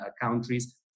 countries